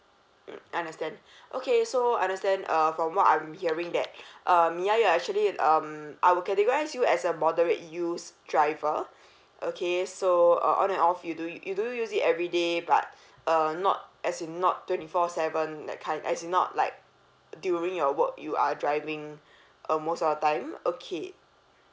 mm understand okay so understand uh from what I'm hearing that uh mya you are actually um I will categorise you as a moderate use driver okay so uh on and off you do you do use it everyday but uh not as in not twenty four seven that kind as in not like during your work you are driving uh most of the time okay